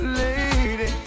lady